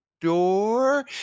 door